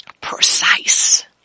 precise